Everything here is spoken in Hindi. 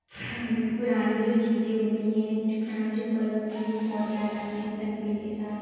पुरानी पुरानी जो चीजें होती हैं जो पुराने जो पल होते हैं वो बहुत याद आते हैं फैमिली के साथ